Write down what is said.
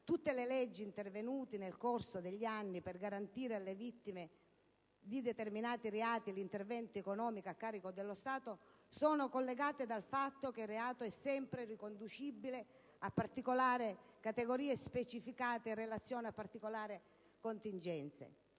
Infatti, le leggi intervenute nel corso degli anni per garantire alle vittime di determinati reati l'intervento economico a carico dello Stato sono collegate dal fatto che il reato è sempre riconducibile a particolari categorie specificate in relazione a determinate contingenze.